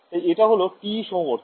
তাই এটা হল TE সমবর্তন